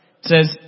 says